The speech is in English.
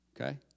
Okay